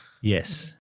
Yes